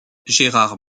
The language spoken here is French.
gérard